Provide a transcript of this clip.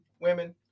women